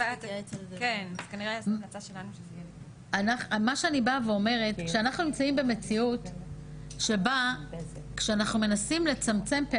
מה שאני באה ואומרת: אנחנו נמצאים במציאות שבה כשאנחנו מנסים